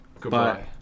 Goodbye